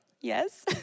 yes